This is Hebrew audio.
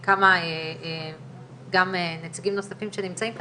גם היא תמשש במקרה משהו,